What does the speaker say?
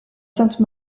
sainte